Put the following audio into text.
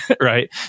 right